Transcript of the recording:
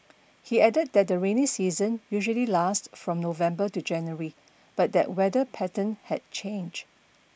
he added that the rainy season usually lasts from November to January but that weather pattern had changed